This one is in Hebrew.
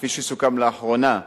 כפי שסוכם לאחרונה,